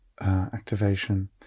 activation